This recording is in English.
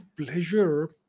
pleasure